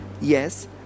Yes